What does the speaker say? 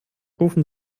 rufen